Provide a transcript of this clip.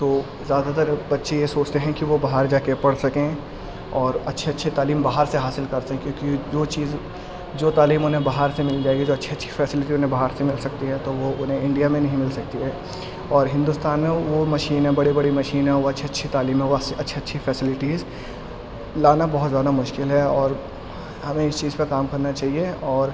تو زیادہ تر بچے یہ سوچتے ہیں کہ وہ باہر جا کے پڑھ سکیں اور اچھے اچھے تعلیم باہر سے حاصل کر سکیں کیونکہ جو چیز جو تعلیم انہیں باہر سے مل جائے گی جو اچھی اچھی فیسلٹی انہیں باہر سے مل سکتی ہے تو وہ انہیں انڈیا میں نہیں مل سکتی ہے اور ہندوستان میں وہ مشینیں بڑی بڑی مشینیں وہ اچھے اچھے تعلیمیں وہ اچھی اچھی فیسلٹیز لانا بہت زیادہ مشکل ہے اور ہمیں اس چیز پر کام کرنا چاہیے اور